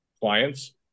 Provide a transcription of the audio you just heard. clients